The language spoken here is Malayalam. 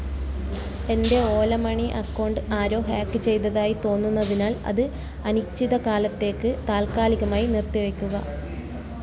എൻ്റെ ഓല മണി അക്കൗണ്ട് ആരോ ഹാക്ക് ചെയ്തതായി തോന്നുന്നതിനാൽ അത് അനിശ്ചിത കാലത്തേക്ക് താൽക്കാലികമായി നിർത്തി വയ്ക്കുക